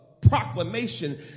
proclamation